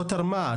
לא תרמה,